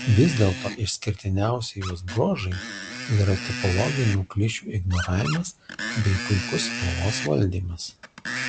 vis dėlto išskirtiniausi jos bruožai yra tipologinių klišių ignoravimas bei puikus spalvos valdymas